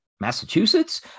Massachusetts